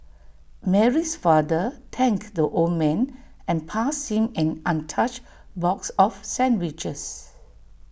Mary's father thanked the old man and passed him an untouched box of sandwiches